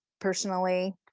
personally